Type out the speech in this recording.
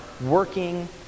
working